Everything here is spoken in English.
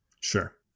Sure